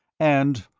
and